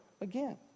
again